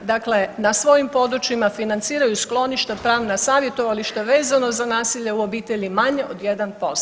Dakle, na svojim područjima financiraju skloništa, pravna savjetovališta vezano za nasilje u obitelji manje od 1%